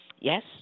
Yes